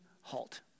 halt